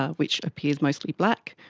ah which appears mostly black,